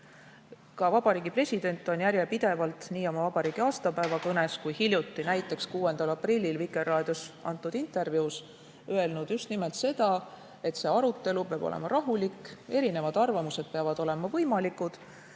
Ka vabariigi president on järjepidevalt, nii oma vabariigi aastapäeva kõnes kui ka hiljuti näiteks 6. aprillil Vikerraadios antud intervjuus öelnud just nimelt seda, et see arutelu peab olema rahulik, erinevad arvamused peavad olema võimalikud.